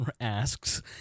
asks